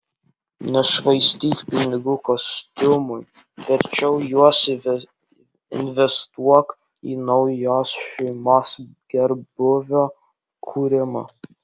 nešvaistyk pinigų kostiumui verčiau juos investuok į naujos šeimos gerbūvio kūrimą